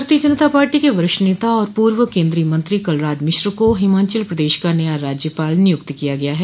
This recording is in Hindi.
भारतीय जनता पाटी के वरिष्ठ नेता और पूर्व केन्द्रीय मंत्री कलराज मिश्र को हिमाचल प्रदेश का नया राज्यपाल नियुक्त किया गया है